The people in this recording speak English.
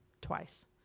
twice